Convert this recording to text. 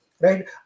right